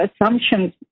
assumptions